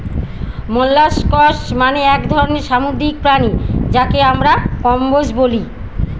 molluscs মানে এক ধরনের সামুদ্রিক প্রাণী যাকে আমরা কম্বোজ বলি